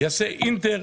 יקיש אנטר,